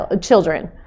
children